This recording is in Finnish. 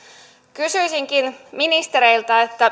kysyisinkin ministereiltä